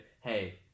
Hey